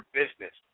business